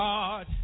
God